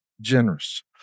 generous